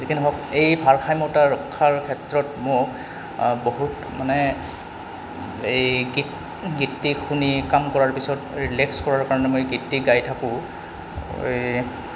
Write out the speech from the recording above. নহওক এই ৰক্ষাৰ ক্ষেত্ৰত মোক বহুত মানে এই গীত গীতটি শুনি কাম কৰাৰ পিছত ৰিলেক্স কৰাৰ কাৰণে মই গীতটি গাই থাকোঁ এই